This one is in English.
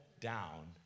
down